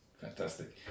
Fantastic